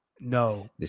No